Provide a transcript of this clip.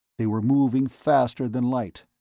they were moving faster than light,